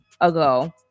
ago